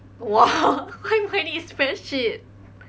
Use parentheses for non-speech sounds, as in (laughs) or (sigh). !wah! (laughs) why why need spreadsheet